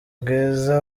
bwiza